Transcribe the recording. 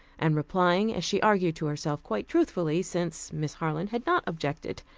and replying, as she argued to herself, quite truthfully, since miss harland had not objected,